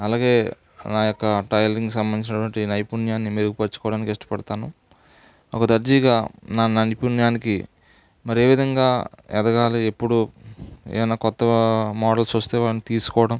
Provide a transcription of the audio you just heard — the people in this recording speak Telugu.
అలాగే నా యొక్క టైలరింగ్ సంబంధించినటువంటి నైపుణ్యాన్ని మెరుగుపరుచుకోవడానికి ఇష్టడతాను ఒక దర్జీగా నా నైపుణ్యానికి మరి ఏ విధంగా ఎదగాలి ఎప్పుడూ ఏదన్న కొత్త మోడల్స్ వస్తే వాటిని తీసుకోవడం